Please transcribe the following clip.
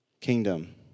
kingdom